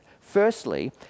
Firstly